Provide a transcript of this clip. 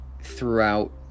throughout